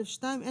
זה